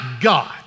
God